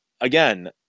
again